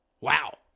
Wow